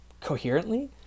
coherently